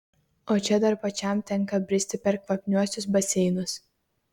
o čia dar pačiam tenka bristi per kvapniuosius baseinus